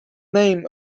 name